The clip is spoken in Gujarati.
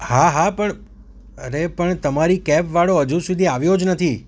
હા હા પણ અરે પણ તમારી કેબવાળો હજુ સુધી આવ્યો જ નથી